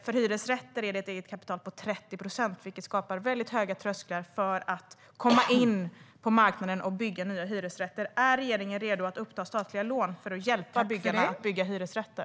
För hyresrätter är det ett eget kapital på 30 procent, vilket skapar väldigt höga trösklar för att komma in på marknaden och bygga nya hyresrätter. Är regeringen redo att uppta statliga lån för att hjälpa byggarna att bygga hyresrätter?